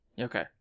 okay